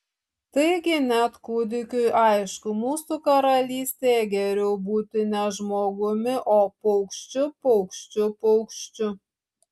taigi net kūdikiui aišku mūsų karalystėje geriau būti ne žmogumi o paukščiu paukščiu paukščiu